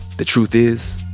the truth is,